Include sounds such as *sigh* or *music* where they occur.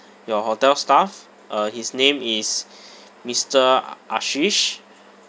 your hotel staff uh his name is *breath* mister ashish